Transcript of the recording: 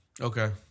Okay